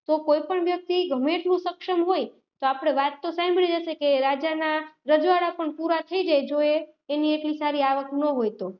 તો કોઈપણ વ્યક્તિ ગમે એટલું સક્ષમ હોય તો આપણે વાત તો સાંભળી જ હશે કે રાજાના રજવાડા પણ પૂરા થઈ જાય જો એ એની એટલી સારી આવક ના હોય તો